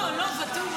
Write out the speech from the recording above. לא, לא, ואטורי.